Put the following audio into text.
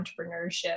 entrepreneurship